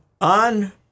on